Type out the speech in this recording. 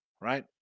right